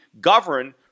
govern